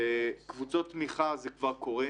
קבוצות תמיכה, זה כבר קורה.